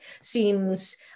seems